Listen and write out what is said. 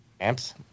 Amps